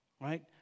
Right